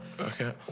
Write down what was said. Okay